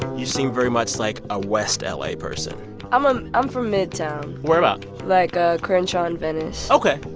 you seem very much like a west la person i'm i'm um from midtown where about? like ah crenshaw and venice ok,